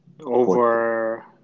over